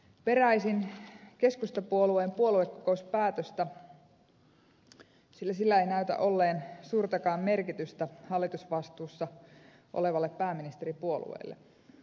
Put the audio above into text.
peräisin keskustapuolueen puoluekokouspäätöstä sillä sillä ei näytä olleen suurtakaan merkitystä hallitusvastuussa olevalle pääministeripuolueelle